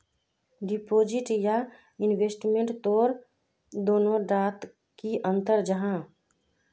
Deposit या investment तोत दोनों डात की अंतर जाहा?